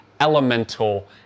elemental